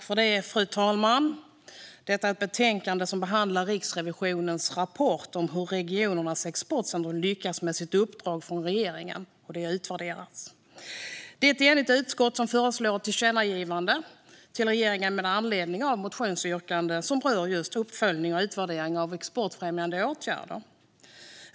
Fru talman! Detta är ett betänkande om Riksrevisionens rapport om hur regionernas exportcentrum lyckats med sitt uppdrag från regeringen. Det är ett enigt utskott som föreslår ett tillkännagivande till regeringen med anledning av motionsyrkanden som rör uppföljning och utvärdering av exportfrämjande åtgärder.